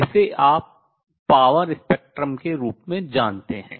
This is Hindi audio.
जिसे आप पावर स्पेक्ट्रम के रूप में जानते हैं